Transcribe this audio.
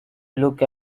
look